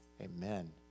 amen